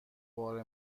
بار